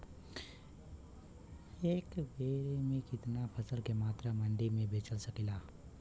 एक बेर में कितना फसल के मात्रा मंडी में बेच सकीला?